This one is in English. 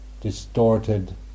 distorted